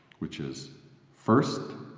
which is first,